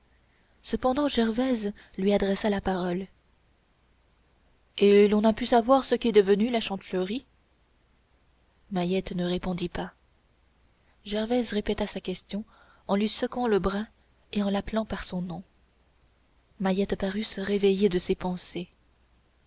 cependant gervaise lui adressa la parole et l'on n'a pu savoir ce qu'est devenue la chantefleurie mahiette ne répondit pas gervaise répéta sa question en lui secouant le bras et en l'appelant par son nom mahiette parut se réveiller de ses pensées